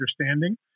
understanding